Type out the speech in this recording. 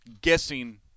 guessing